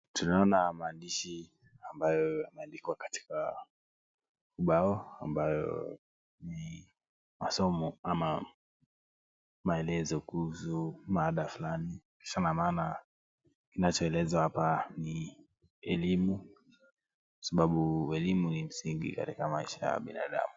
Tunaona maandishi ambayo yameandikwa katika ubao ambayo ni masomo ama maelezo kuhusu mada fulani, kisa na maana kinachoelezwa hapa ni elimu, kwa sababu elimu ni msingi katika maisha ya binadamu.